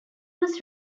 was